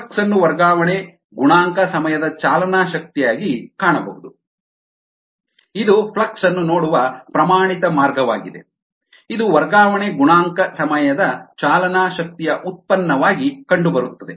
flux ಅನ್ನು ವರ್ಗಾವಣೆ ಗುಣಾಂಕ ಸಮಯದ ಚಾಲನಾ ಶಕ್ತಿಯಾಗಿ ಕಾಣಬಹುದು ಇದು ಫ್ಲಕ್ಸ್ ಅನ್ನು ನೋಡುವ ಪ್ರಮಾಣಿತ ಮಾರ್ಗವಾಗಿದೆ ಇದು ವರ್ಗಾವಣೆ ಗುಣಾಂಕ ಸಮಯದ ಚಾಲನಾ ಶಕ್ತಿಯ ಉತ್ಪನ್ನವಾಗಿ ಕಂಡುಬರುತ್ತದೆ